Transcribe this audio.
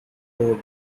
road